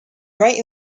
right